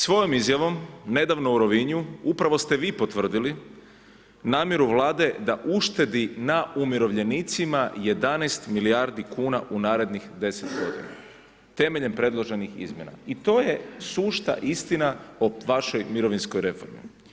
Svojom izjavom nedavno u Rovinju, upravo ste vi potvrdili namjeru Vlade na uštedi na umirovljenicima 11 milijardi kuna u narednih 10 g. temeljem predloženih izmjena i to je sušta istina o vašoj mirovinskoj reformi.